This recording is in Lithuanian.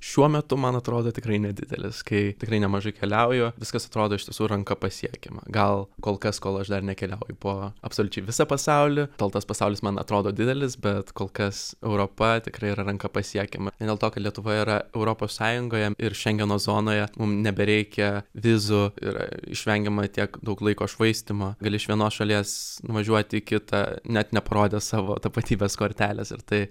šiuo metu man atrodo tikrai nedidelis kai tikrai nemažai keliauju viskas atrodo iš tiesų ranka pasiekiama gal kol kas kol aš dar nekeliauju po absoliučiai visą pasaulį tol tas pasaulis man atrodo didelis bet kol kas europa tikrai yra ranka pasiekiama ne dėl to kad lietuva yra europos sąjungoje ir šengeno zonoje mum nebereikia vizų yra išvengiama tiek daug laiko švaistymo gali iš vienos šalies važiuoti į kitą net neparodęs savo tapatybės kortelės ir tai